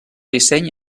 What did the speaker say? disseny